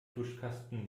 tuschkasten